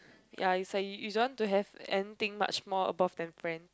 ya it's like you you don't to have anything much more above than friend